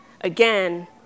Again